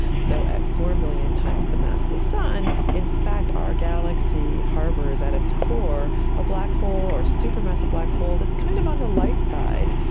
so at four million times the mass of the sun, in fact our galaxy harbours at its core a black hole or a supermassive black hole that's kind of on the light side.